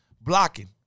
blocking